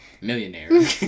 Millionaire